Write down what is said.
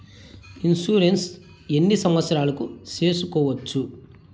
Insurance ఎన్ని సంవత్సరాలకు సేసుకోవచ్చు?